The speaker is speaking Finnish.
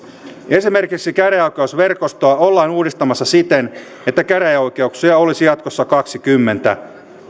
esimerkiksi käräjäoikeusverkostoa ollaan uudistamassa siten että käräjäoikeuksia olisi jatkossa kaksikymmentä